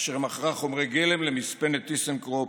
אשר מכרה חומרי גלם למספנת טיסנקרופ